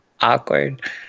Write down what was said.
awkward